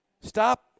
stop